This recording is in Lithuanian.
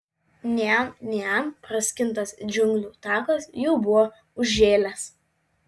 niam niam praskintas džiunglių takas jau buvo užžėlęs